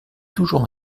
toujours